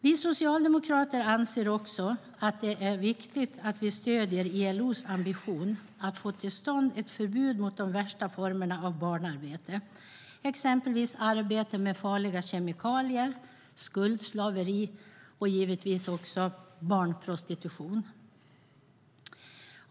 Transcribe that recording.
Vi socialdemokrater anser också att det är viktigt att vi stöder ILO:s ambition att få till stånd ett förbud mot de värsta formerna av barnarbete, exempelvis arbete med farliga kemikalier, skuldslaveri och givetvis också barnprostitution.